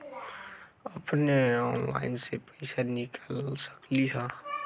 अपने ऑनलाइन से पईसा निकाल सकलहु ह?